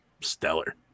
stellar